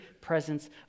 presence